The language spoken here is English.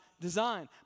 design